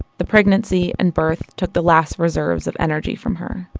the pregnancy and birth took the last reserves of energy from her